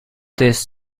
this